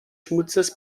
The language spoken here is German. schmutzes